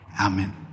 Amen